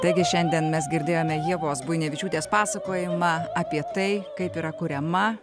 taigi šiandien mes girdėjome ievos buinevičiūtė pasakojimą apie tai kaip yra kuriama